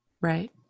Right